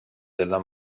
della